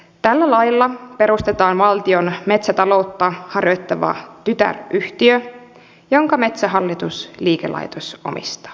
tällä lailla perustetaan valtion metsätaloutta harjoittava tytäryhtiö jonka metsähallitus liikelaitos omistaa